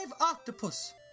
octopus